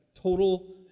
Total